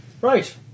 Right